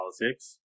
politics